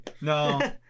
No